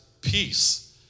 peace